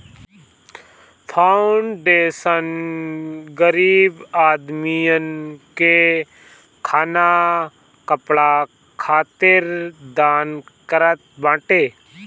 foundation गरीब आदमीन के खाना कपड़ा खातिर दान करत बाटे